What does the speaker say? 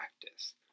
practice